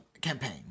campaign